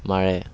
মাৰে